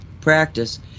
practice